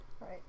Right